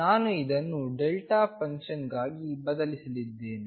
ನಾನು ಇದನ್ನು ಡೆಲ್ಟಾ ಫಂಕ್ಷನ್ಗಾಗಿ ಬದಲಿಸಲಿದ್ದೇನೆ